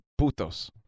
putos